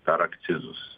per akcizus